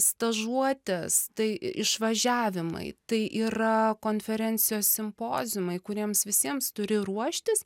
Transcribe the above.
stažuotės tai išvažiavimai tai yra konferencijos simpoziumai kuriems visiems turi ruoštis